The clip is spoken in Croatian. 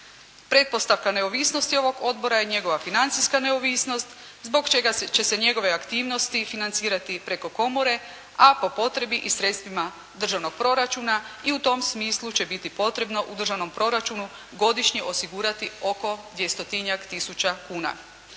Pretpostavka neovisnosti ovog odbora je njegova financijska neovisnost, zbog čega će se njegove aktivnosti financirati preko Komore, a po potrebi i sredstvima državnog proračuna i u tom smislu će biti potrebno u državnom proračunu godišnje osigurati oko dvjestotinjak